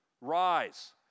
rise